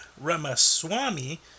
Ramaswamy